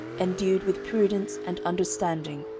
endued with prudence and understanding,